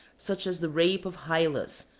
such as the rape of hylas,